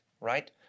right